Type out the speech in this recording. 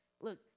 Look